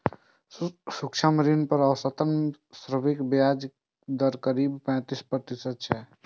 सूक्ष्म ऋण पर औसतन वैश्विक ब्याज दर करीब पैंतीस प्रतिशत छै